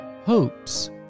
hopes